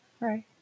right